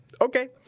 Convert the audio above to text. okay